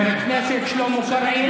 חבר הכנסת שלמה קרעי,